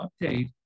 update